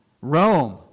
Rome